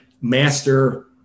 master